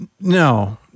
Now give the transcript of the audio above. No